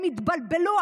הם התבלבלו.